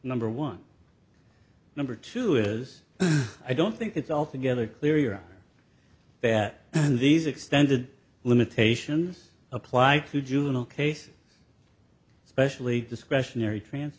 number one number two is i don't think it's altogether clear that in these extended limitations apply to juvenile case especially discretionary trans